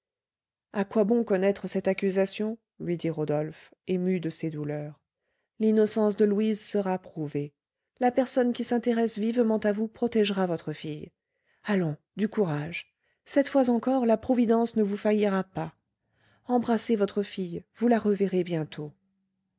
à quoi bon connaître cette accusation lui dit rodolphe ému de ses douleurs l'innocence de louise sera prouvée la personne qui s'intéresse vivement à vous protégera votre fille allons du courage cette fois encore la providence ne vous faillira pas embrassez votre fille vous la reverrez bientôt